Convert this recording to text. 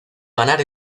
ganar